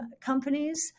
companies